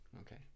Okay